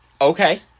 Okay